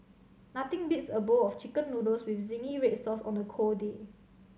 nothing beats a bowl of Chicken Noodles with zingy red sauce on a cold day